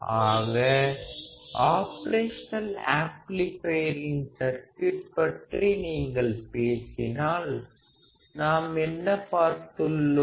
ஆக ஆப்ரேஷனல் ஆம்ப்ளிபையரின் சர்க்யூட் பற்றி நீங்கள் பேசினால் நாமென்ன பார்த்துள்ளோம்